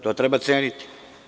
To treba ceniti.